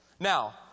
Now